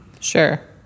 Sure